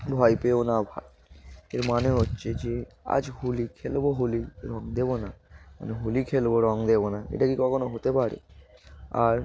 ভয় পেয় না ভয় এর মানে হচ্ছে যে আজ হোলি খেলব হোলি রং দেবো না মানে হোলি খেলব রং দেবো না এটা কি কখনো হতে পারে আর